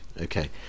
Okay